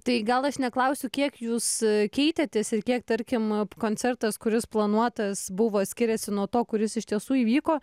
tai gal aš neklausiu kiek jūs keitėtės ir kiek tarkim koncertas kuris planuotas buvo skiriasi nuo to kuris iš tiesų įvyko